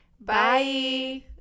Bye